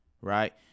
right